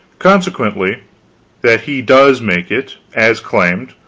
consequently that he does make it, as claimed,